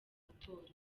amatora